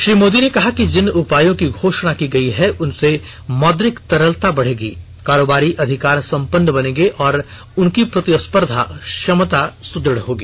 श्री मोदी ने कहा है कि जिन उपायों की घोषणा की गई है उनसे मौद्रिक तरलता बढेगी कारोबारी अधिकार संपन्न बनेंगे और उनकी प्रतिस्पर्धा क्षमता सुद्रढ़ होगी